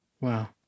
Wow